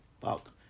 fuck